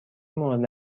مورد